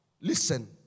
Listen